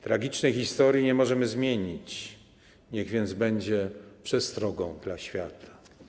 Tragicznej historii nie możemy zmienić, niech więc będzie ona przestrogą dla świata.